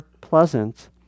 pleasant